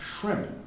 shrimp